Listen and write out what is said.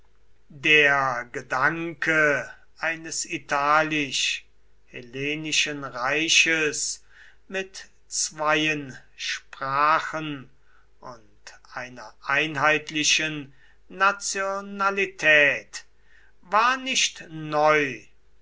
der gedanke eines italisch hellenischen reiches mit zweien sprachen und einer einheitlichen nationalität war nicht neu